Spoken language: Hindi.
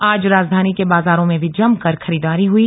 आज राजधानी के बाजारों में भी जमकर खरीदारी हुई